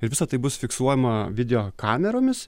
ir visa tai bus fiksuojama video kameromis